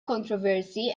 controversy